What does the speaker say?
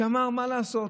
שאמר: מה לעשות,